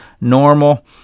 normal